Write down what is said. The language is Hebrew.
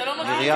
אתה לא מכיר את